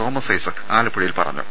Thomas Isaac ആലപ്പുഴയിൽ പറഞ്ഞു